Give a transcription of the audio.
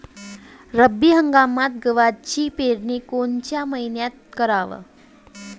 रब्बी हंगामात गव्हाची पेरनी कोनत्या मईन्यात कराव?